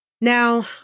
Now